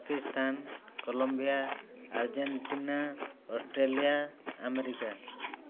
Pakistan Colombia Argentina Australia America